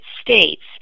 States